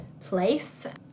place